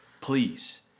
please